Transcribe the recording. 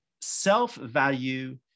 self-value